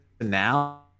now